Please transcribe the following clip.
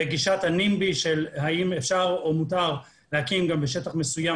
בגישת ה-NIMBY של האם אפשר או מותר להקים גם בשטח מסוים